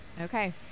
Okay